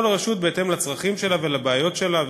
כל רשות בהתאם לצרכים שלה ולבעיות שלה וכו'.